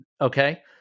Okay